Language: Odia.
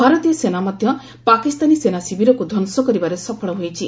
ଭାରତୀୟ ସେନା ମଧ୍ୟ ପାକିସ୍ତାନୀ ସେନା ଶିବିରକୁ ଧ୍ୱଂସ କରିବାରେ ସଫଳ ହୋଇଛି